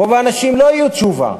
רוב האנשים לא יהיו תשובה.